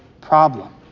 problem